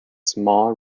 small